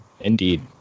indeed